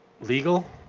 legal